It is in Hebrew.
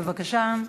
בבקשה.